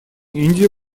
индия